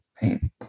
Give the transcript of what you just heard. Pain